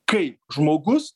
kaip žmogus